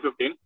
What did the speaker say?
2015